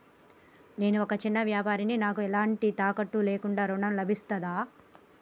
నేను ఒక చిన్న వ్యాపారిని నాకు ఎలాంటి తాకట్టు లేకుండా ఋణం లభిస్తదా?